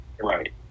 Right